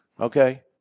Okay